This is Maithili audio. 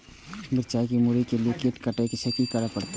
मिरचाय के मुरी के जे कीट कटे छे की करल जाय?